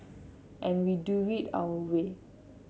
and we do it our way